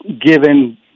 given